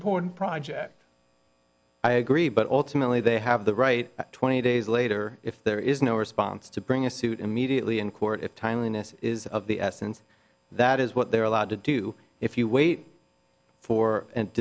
important project i agree but ultimately they have the right twenty days later if there is no response to bring a suit immediately in court if timeliness is of the essence that is what they are allowed to do if you wait for a